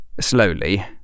Slowly